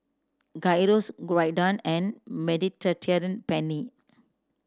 Gyros Gyudon and Mediterranean Penne